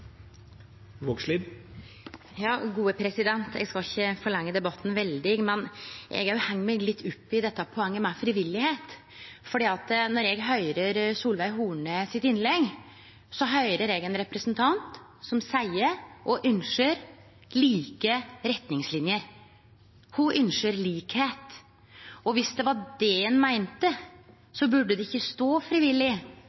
Eg skal ikkje forlengje debatten veldig, men også eg hengjer meg opp i dette poenget med frivilligheit. Når eg høyrer innlegget til Solveig Horne, høyrer eg ein representant som seier – og ønskjer – like retningslinjer. Ho ønskjer likskap. Dersom det var det ein meinte,